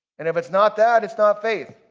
and if it's not that, it's not faith.